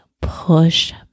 push